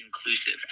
inclusive